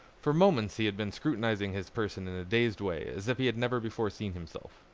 for moments he had been scrutinizing his person in a dazed way as if he had never before seen himself.